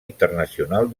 internacional